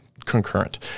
concurrent